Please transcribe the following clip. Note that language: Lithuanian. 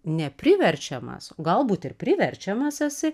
ne priverčiamas galbūt ir priverčiamas esi